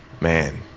man